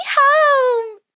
home